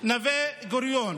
נווה גוריון.